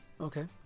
Okay